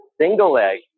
single-leg